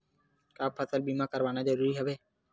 का फसल बीमा करवाना ज़रूरी हवय?